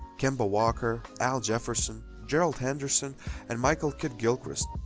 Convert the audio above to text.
kemba walker, al jefferson, gerald henderson and michael kidd gilchrist.